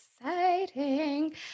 exciting